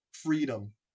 Freedom